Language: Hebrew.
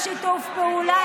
בשיתוף פעולה,